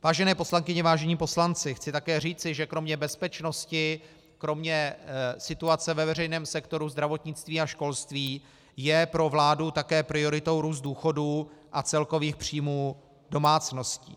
Vážené poslankyně, vážení poslanci, chci také říci, že kromě bezpečnosti, kromě situace ve veřejném sektoru zdravotnictví a školství je pro vládu také prioritou růst důchodů a celkových příjmů domácností.